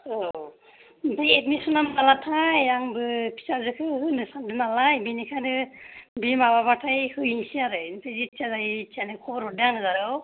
औ ओमफ्राय एडमिसना मालाथाय आंबो फिसाजोखौ होनो सानदों नालाय बेनिखायनो बि माबाबाथाय हैसै आरो जिथिया जायो इथिया नो खबर हरदो आंनो जारौ